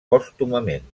pòstumament